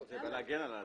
זה בא להגן על האדם.